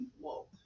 whoa